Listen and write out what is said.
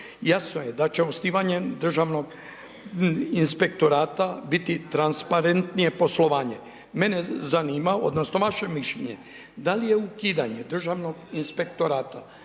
Jasno je da će osnivanjem Državnog inspektorata biti transparentnije poslovanje. Mene zanima odnosno vaše mišljenje, da li je ukidanje Državnog inspektorata